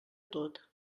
tot